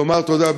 לומר תודה,